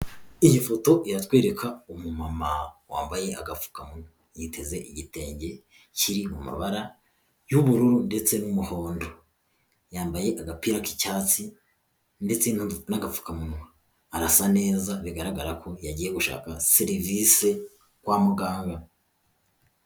Iyi foto iratwereka umumama wambaye agafukamu, yiteze igitenge kiri mu mabara y'ubururu ndetse n'umuhondo, yambaye agapira k'icyatsi ndetse n'apfukamunwa, arasa neza bigaragara ko yagiye gushaka serivisi kwa muganga.